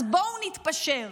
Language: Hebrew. אז בואו נתפשר.